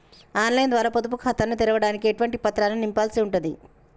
On line ద్వారా పొదుపు ఖాతాను తెరవడానికి ఎటువంటి పత్రాలను నింపాల్సి ఉంటది?